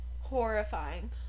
horrifying